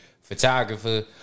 photographer